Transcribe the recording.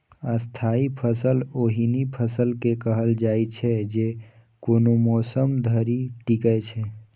स्थायी फसल ओहि फसल के कहल जाइ छै, जे कोनो मौसम धरि टिकै छै